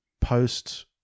post